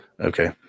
Okay